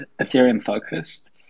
Ethereum-focused